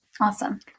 Awesome